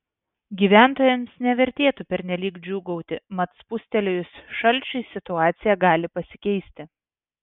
gyventojams nevertėtų pernelyg džiūgauti mat spustelėjus šalčiui situacija gali pasikeisti